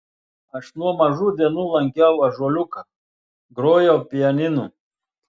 aš nuo mažų dienų lankiau ąžuoliuką grojau pianinu